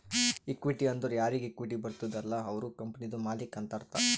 equity ಅಂದುರ್ ಯಾರಿಗ್ equity ಬರ್ತುದ ಅಲ್ಲ ಅವ್ರು ಕಂಪನಿದು ಮಾಲ್ಲಿಕ್ ಅಂತ್ ಅರ್ಥ